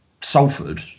Salford